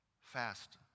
fast